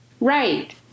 Right